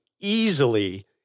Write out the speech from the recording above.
easily